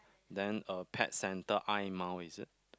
then a pet center I-Mount is it